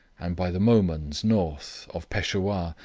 and by the mohmunds north, of peshawur,